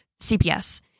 cps